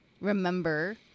remember